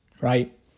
right